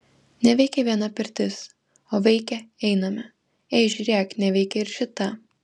neveikia viena pirtis o veikia einame ei žiūrėk neveikia ir šita